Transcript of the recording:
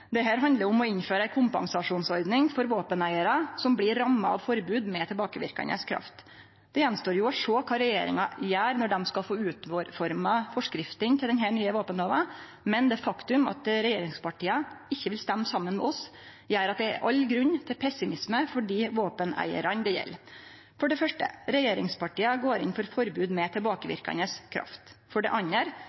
handlar om å innføre ei kompensasjonsordning for våpeneigarar som blir ramma av forbod med tilbakeverkande kraft. Det står jo att å sjå kva regjeringa gjer når dei skal utforme forskriftene til denne nye våpenlova, men det faktumet at regjeringspartia ikkje vil røyste saman med oss, gjer at det er all grunn til pessimisme for dei våpeneigarane det gjeld. For det første: Regjeringspartia går inn for forbod med tilbakeverkande kraft. For det andre: